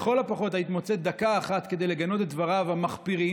לכל הפחות היית מוצאת דקה אחת כדי לגנות את דבריו המחפירים,